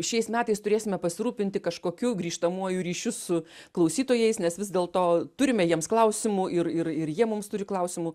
šiais metais turėsime pasirūpinti kažkokiu grįžtamuoju ryšiu su klausytojais nes vis dėl to turime jiems klausimų ir ir ir jie mums turi klausimų